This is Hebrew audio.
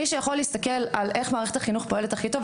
מי שיכול להסתכל איך מערכת החינוך פועלת הכי טוב,